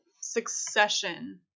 succession